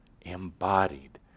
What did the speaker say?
embodied